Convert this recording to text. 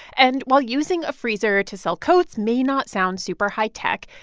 and while using a freezer to sell coats may not sound super high-tech,